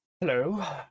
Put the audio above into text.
Hello